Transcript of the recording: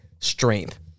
strength